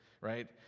right